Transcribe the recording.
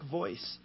voice